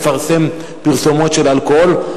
לפרסם פרסומות של אלכוהול.